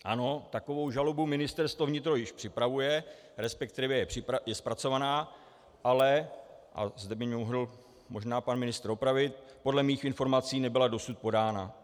Ano, takovou žalobu Ministerstvo vnitra již připravuje, resp. je zpracovaná, ale a zde by mě mohl možná pan ministr opravit podle mých informací nebyla dosud podána.